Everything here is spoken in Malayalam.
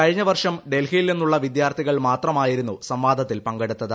കഴിഞ്ഞ വർഷം ഡൽഹിയിൽ നിന്നുള്ള വിദ്യാർത്ഥികൾ മാത്രമായിരുന്നു സംവാദത്തിൽ പങ്കെടുത്തത്